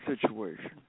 situation